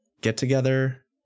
get-together